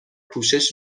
پوشش